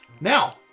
Now